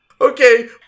Okay